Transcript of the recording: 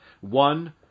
One